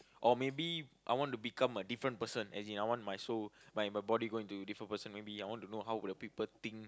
or maybe I wanna become a different person as in I want my soul my my body going to a different person maybe I want to know how would the people think